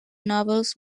novels